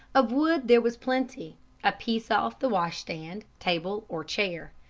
of wood there was plenty a piece off the washstand, table, or chair.